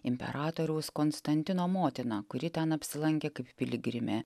imperatoriaus konstantino motina kuri ten apsilankė kaip piligrimė